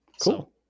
Cool